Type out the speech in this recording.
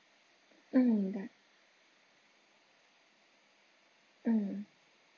mm that mm